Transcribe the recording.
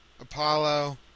Apollo